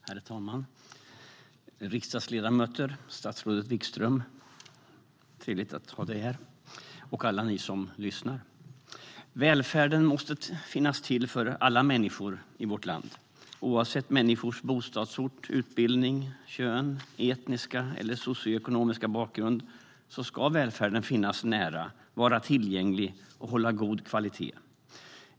Herr talman, riksdagsledamöter, statsrådet Wikström - det är trevligt att ha dig här - och alla ni som lyssnar! Välfärden måste finnas till för alla människor i vårt land. Oavsett människors bostadsort, utbildning, kön och etniska eller socioekonomiska bakgrund ska välfärden finnas nära, vara tillgänglig och hålla god kvalitet.